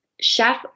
Chef